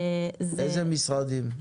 איזה משרדים?